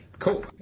Cool